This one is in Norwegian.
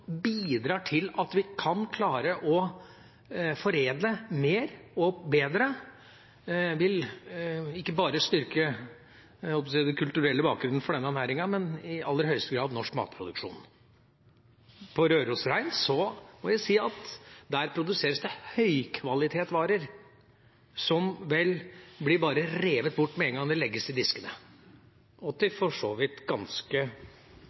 bidrar til at vi kan klare å foredle mer og bedre, vil ikke bare styrke den kulturelle bakgrunnen for denne næringen, men i aller høyeste grad norsk matproduksjon. Hos Rørosrein må jeg si at der produseres det høykvalitetsvarer som bare blir revet bort med en gang det legges i diskene – og de tar seg for så vidt ganske